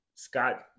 Scott